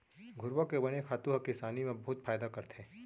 घुरूवा के बने खातू ह किसानी म बहुत फायदा करथे